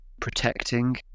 protecting